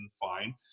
fine